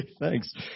thanks